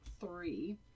three